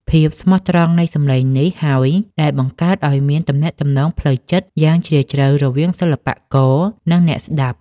ភាពស្មោះត្រង់នៃសម្លេងនេះហើយដែលបង្កើតឱ្យមានទំនាក់ទំនងផ្លូវចិត្តយ៉ាងជ្រាលជ្រៅរវាងសិល្បករ និងអ្នកស្ដាប់។